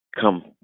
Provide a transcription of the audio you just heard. come